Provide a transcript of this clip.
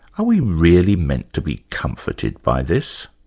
are we really meant to be comforted by this?